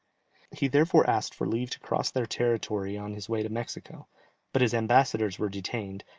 he therefore asked for leave to cross their territory on his way to mexico but his ambassadors were detained,